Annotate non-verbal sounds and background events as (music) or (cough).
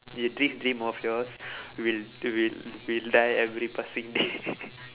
thi~ this dream of yours will will will die every passing day (laughs)